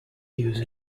use